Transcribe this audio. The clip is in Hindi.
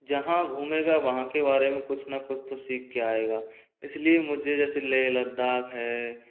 जहाँ घूमेगा वहाँ के बारे में कुछ न कुछ तो सीख के आएगा इसलिए मुझे जैसे लेह लद्दाख है